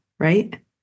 right